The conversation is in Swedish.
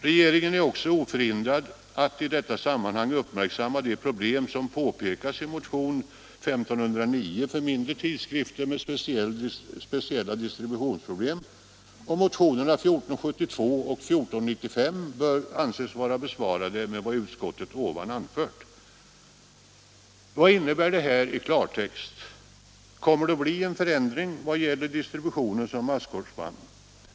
Regeringen är också oförhindrad att i detta sammanhang uppmärksamma de problem som påpekas i motionen 1509 för mindre tidskrifter med speciella distributionsproblem. Motionerna 1472 och 1495 bör anses besvarade med vad utskottet ovan anfört.” Vad innebär detta i klartext? Kommer det att bli ändring vad gäller distribution som masskorsband?